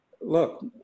look